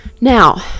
now